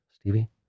Stevie